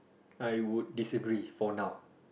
I would disagree for now